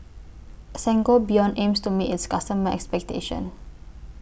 Sangobion aims to meet its customers' expectation